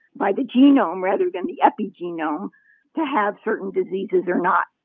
by the genome rather than the epigenome to have certain diseases or not.